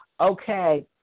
Okay